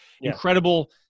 incredible